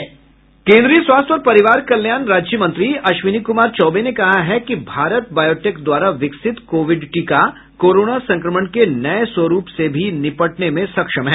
केन्द्रीय स्वास्थ्य और परिवार कल्याण राज्य मंत्री अश्विनी कुमार चौबे ने कहा है कि भारत बायोटेक द्वारा विकसित कोविड टीका कोरोना संक्रमण के नये स्वरूप से भी निपटने में सक्षम है